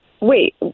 Wait